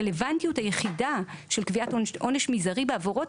הרלוונטיות היחידה של קביעת עונש מזערי בעבירות